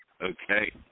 Okay